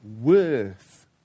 worth